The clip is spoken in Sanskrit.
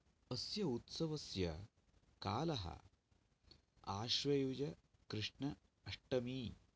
अस्य उत्सवस्य कालः आश्वयुजकृष्ण अष्टमी